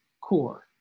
core